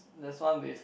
there is one with